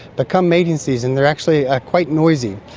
but come mating season they are actually ah quite noisy.